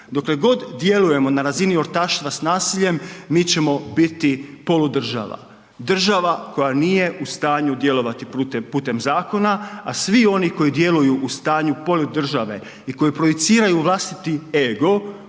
Dokle god djelujemo na razini ortaštva s nasiljem mi ćemo biti polu država, država koja nije u stanju djelovati putem zakona, a svi oni koji djeluju u stanju polu države i koji projiciraju vlastiti ego